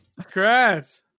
congrats